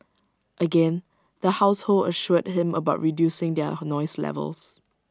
again the household assured him about reducing their noise levels